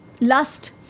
lust